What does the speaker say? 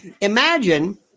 imagine